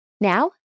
Now